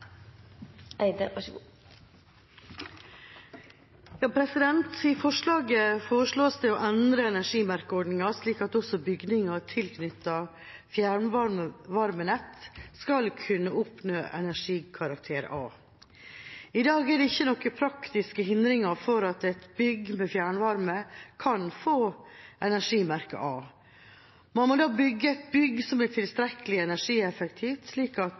saken går så langt at de ønsker å fjerne alt som heter gass. I representantforslaget foreslås det å endre energimerkeordninga, slik at også bygninger tilknyttet fjernvarmenett skal kunne oppnå energikarakter A. I dag er det ikke noen praktiske hindringer for at et bygg med fjernvarme kan få energimerket A. Man må da bygge et bygg som er tilstrekkelig energieffektivt, slik at